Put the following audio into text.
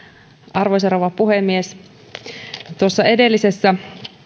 arvoisa rouva puhemies tuossa edellisessä